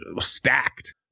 stacked